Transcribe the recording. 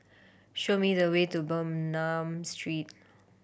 show me the way to Bernam Street